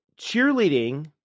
cheerleading